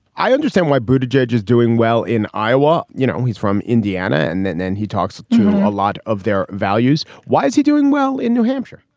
i understand why. but the judge is doing well in iowa. you know, he's from indiana and then then he talks to a lot of their values. why is he doing well in new hampshire?